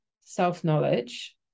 self-knowledge